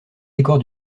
décors